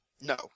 no